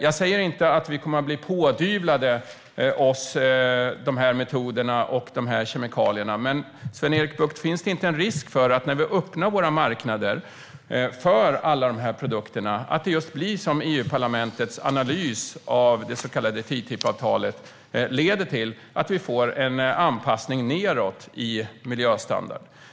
Jag säger inte att vi kommer att bli pådyvlade de här metoderna och kemikalierna, men, Sven-Erik Bucht, finns det inte en risk för att det, när vi öppnar våra marknader för alla de här produkterna, blir just som i EU-parlamentets analys av det så kallade TTIP-avtalet att vi får en anpassning nedåt i miljöstandard?